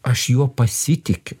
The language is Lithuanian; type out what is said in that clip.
aš juo pasitikiu